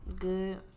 Good